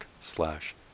slash